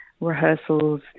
rehearsals